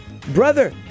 Brother